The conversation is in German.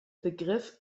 begriff